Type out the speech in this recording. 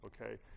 okay